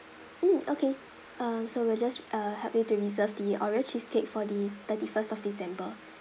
mm okay um so we'll just uh help you to reserve the oreo cheesecake for the thirty first of december